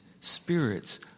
spirits